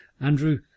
Andrew